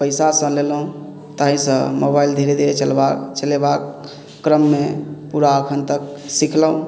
पैसासँ लेलहुॅं ताहिसँ मोबाइल धीरे धीरे चलबाक चलेबाक क्रममे पूरा अखन तक सिखलहुॅं